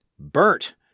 Burnt